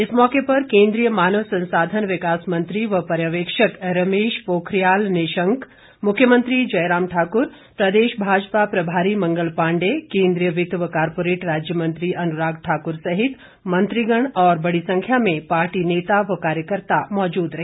इस मौके केंद्रीय मानव संसाधन विकास मंत्री व पर्यवेक्षक रमेश पोखरियाल निशंक मुख्यमंत्री जयराम ठाक्र प्रदेश भाजपा प्रभारी मंगल पांडेय केंद्रीय वित्त व कारपोरेट राज्य मंत्री अनुराग ठाक्र सहित मंत्रिगण और बड़ी संख्या में पार्टी नेता व कार्यकर्त्ता मौजूद रहे